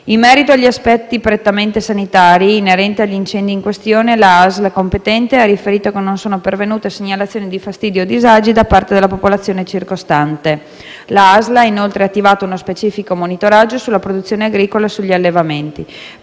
In merito agli aspetti prettamente sanitari inerenti agli incendi in questione, la ASL competente ha riferito che non sono pervenute segnalazioni di fastidi o disagi da parte della popolazione circostante. La ASL ha inoltre attivato uno specifico monitoraggio sulla produzione agricola e sugli allevamenti.